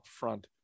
upfront